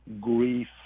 grief